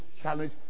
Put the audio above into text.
challenge